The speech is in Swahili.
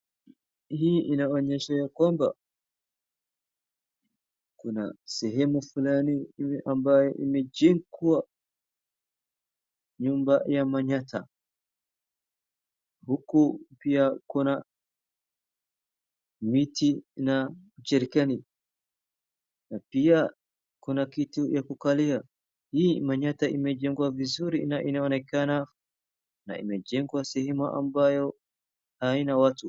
Hii inaonyesha ya kwamba, kuna sehemu fulani ambayo imejengwa nyumba ya manyata. Huku pia kuna miti na jerikani na pia kuna miti ya kukalia. Hii manyata imejengwa vizuri vile inaonekana na imejengwa sehemu ambayo haina watu.